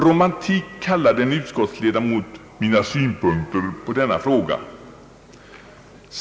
Romantik kallade en utskottsledamot mina synpunkter på denna fråga.